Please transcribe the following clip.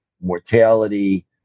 mortality